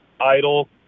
idle